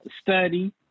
study